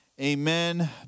Amen